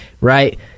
Right